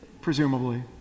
Presumably